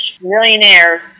millionaires